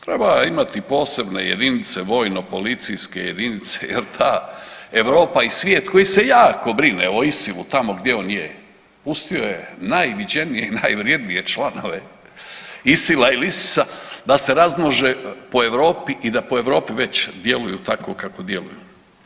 Treba imati posebne jedinice vojno policijske jedinice jer ta Europa i svijet koji se jako brine o ISIL-u tamo gdje on je, pustio je najviđenije i najvrijednije članova ISIL-a ili ISIS-a da se razmnože po Europi i da po Europi već djeluju tako kako djeluju.